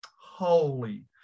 holy